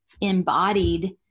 embodied